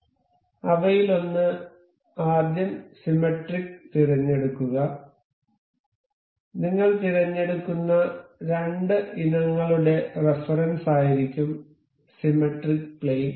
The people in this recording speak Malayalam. അതിനാൽ അവയിലൊന്ന് ആദ്യം സിമെട്രിക് തിരഞ്ഞെടുക്കുക നിങ്ങൾ തിരഞ്ഞെടുക്കുന്ന രണ്ട് ഇനങ്ങളുടെ റഫറൻസായിരിക്കും സിമെട്രിക് പ്ലെയിൻ